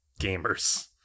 gamers